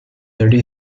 thirty